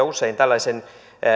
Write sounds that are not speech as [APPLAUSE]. [UNINTELLIGIBLE] usein tällaisen